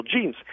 genes